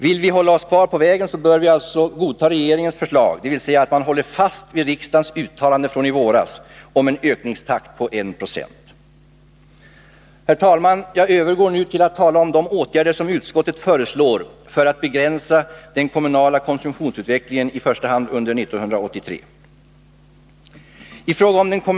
Vill vi hålla oss kvar på vägen, bör vi alltså godta regeringens förslag, dvs. att man håller fast vid riksdagens uttalande från våren 1981 om en ökningstakt på 192. Herr talman! Jag övergår nu till att tala om de åtgärder som utskottet föreslår för att begränsa den kommunala konsumtionsutvecklingen i första hand under år 1983.